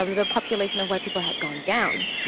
um the population of white people had gone down.